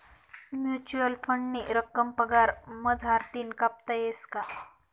Mutual फंडनी रक्कम पगार मझारतीन कापता येस का?